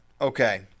Okay